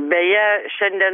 beje šiandien